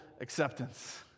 acceptance